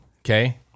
Okay